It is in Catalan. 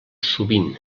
sovint